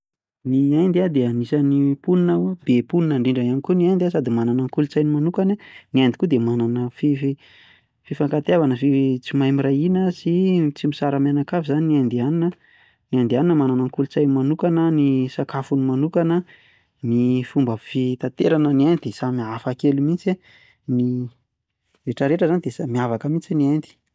Ny Inde dia anisan'ny mponina, be mponina indrindra ihany koa i Inde an sady manana ny kolontsainy manokana. Ny Inde koa dia manana ny fifankatiavana tsy mahay miray hina sy tsy misara mianakavy izany, ny indiana manana ny kolontsainy manokana, ny sakafony manokana, ny fomba fitanterana any Inde samy hafakely mihitsy an, ny rehetra rehetra izany dia miavaka mihitsy i Inde.